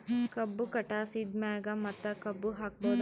ಕಬ್ಬು ಕಟಾಸಿದ್ ಮ್ಯಾಗ ಮತ್ತ ಕಬ್ಬು ಹಾಕಬಹುದಾ?